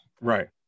Right